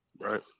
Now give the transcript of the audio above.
Right